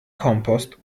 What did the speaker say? kompost